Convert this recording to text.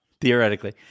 Theoretically